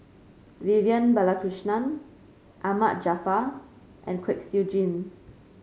Vivian Balakrishnan Ahmad Jaafar and Kwek Siew Jin